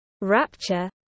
rapture